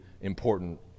important